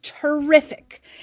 terrific